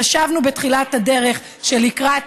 חשבנו בתחילת הדרך שלקראת